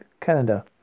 Canada